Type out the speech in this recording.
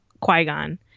Qui-Gon